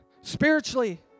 spiritually